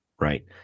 Right